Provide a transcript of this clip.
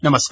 नमस्कार